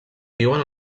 viuen